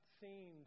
seemed